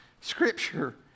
Scripture